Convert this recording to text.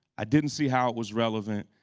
i didn't see how it was relevant,